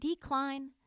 decline